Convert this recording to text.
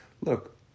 Look